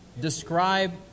describe